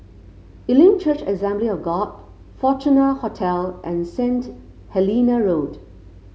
Elim Church Assembly of God Fortuna Hotel and Saint Helena Road